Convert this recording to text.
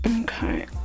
Okay